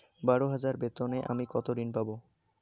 বারো হাজার বেতনে আমি কত ঋন পাব?